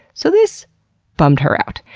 so, this bummed her out.